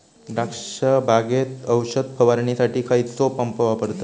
द्राक्ष बागेत औषध फवारणीसाठी खैयचो पंप वापरतत?